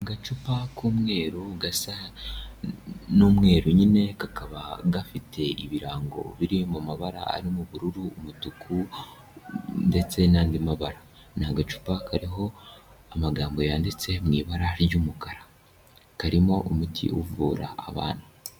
Agacupa k'umweru gasa n'umweru nyine, kakaba gafite ibirango biri mu mabara arimo ubururu, umutuku ndetse n'andi mabara. Ni agacupa kariho amagambo yanditse mu ibara ry'umukara, karimo umuti uvura abantu.